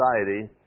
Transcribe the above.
society